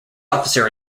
officer